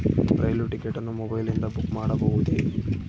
ರೈಲು ticket ಅನ್ನು ಮೊಬೈಲಿಂದ book ಮಾಡಬಹುದೆ?